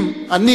אם אני,